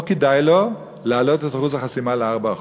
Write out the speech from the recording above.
לא כדאי לו להעלות את אחוז החסימה ל-4%,